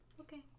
Okay